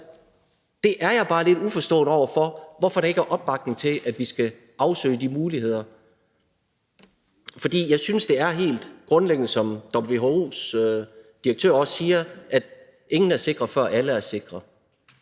den. Jeg er bare lidt uforstående over for, hvorfor der ikke er opbakning til, at vi skal afsøge de muligheder, for jeg synes, det er helt grundlæggende, som WHO's direktør også siger, at ingen er sikker, før alle er sikre,